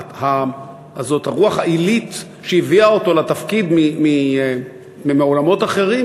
הרוח העילית שהביאה אותו לתפקיד מעולמות אחרים,